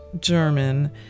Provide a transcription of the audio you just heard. German